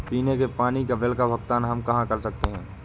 पीने के पानी का बिल का भुगतान हम कहाँ कर सकते हैं?